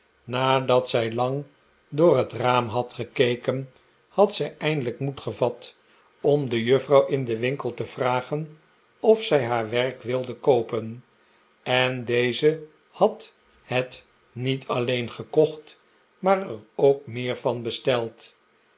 nadat zij lang door het raam had gekeken had zij eindelijk moed gevat om de juffrouw in den winkel te vragen of zij haar werk wilde koopen en deze had het niet alleen gekocht maar er ook meer van besteld